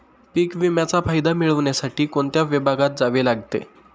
पीक विम्याचा फायदा मिळविण्यासाठी कोणत्या विभागात जावे लागते?